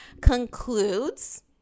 concludes